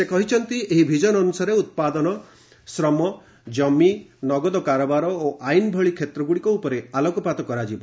ସେ କହିଛନ୍ତି ଏହି ଭିଜନ ଅନୁସାରେ ଉତ୍ପାଦନ ଶ୍ରମ ଜମି ନଗଦ କାରବାର ଓ ଆଇନ୍ ଭଳି କ୍ଷେତ୍ରଗୁଡ଼ିକ ଉପରେ ଆଲୋକପାତ କରାଯିବ